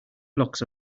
blocks